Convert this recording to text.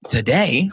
Today